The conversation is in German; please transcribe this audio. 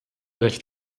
recht